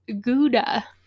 Gouda